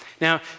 Now